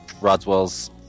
Rodswell's